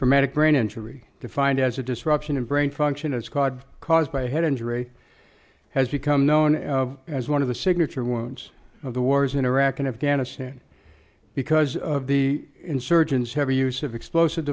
traumatic brain injury defined as a disruption in brain function a squad caused by head injury has become known as one of the signature wounds of the wars in iraq and afghanistan because of the insurgents heavy use of explosive